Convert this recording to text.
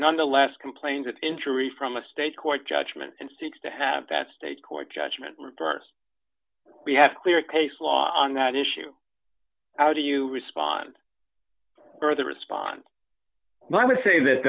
nonetheless complains of injury from a state court judgment and seeks to have that state court judgment reparse we have clear case law on that issue how do you respond or the response well i would say that